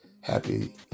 happy